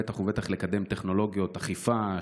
בטח ובטח לקדם טכנולוגיות אכיפה,